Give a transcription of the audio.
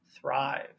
thrive